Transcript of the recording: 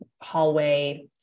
hallway